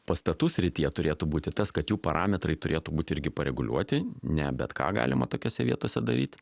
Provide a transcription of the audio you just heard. pastatų srityje turėtų būti tas kad jų parametrai turėtų būt irgi pareguliuoti ne bet ką galima tokiose vietose daryt